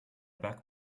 back